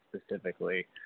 specifically